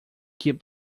keep